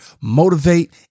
motivate